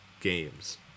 games